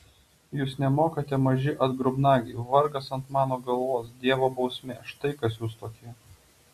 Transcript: jūs nemokate maži atgrubnagiai vargas ant mano galvos dievo bausmė štai kas jūs tokie